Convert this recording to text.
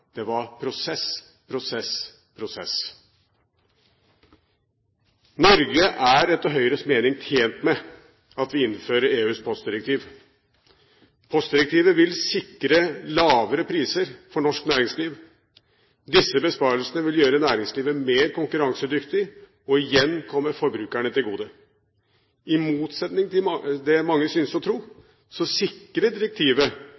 Det var prosess, prosess, prosess. Norge er, etter Høyres mening, tjent med at vi innfører EUs postdirektiv. Postdirektivet vil sikre lavere priser for norsk næringsliv. Disse besparelsene vil gjøre næringslivet mer konkurransedyktig, og igjen komme forbrukerne til gode. I motsetning til det mange syns å tro, sikrer direktivet